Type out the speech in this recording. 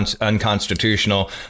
unconstitutional